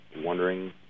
wondering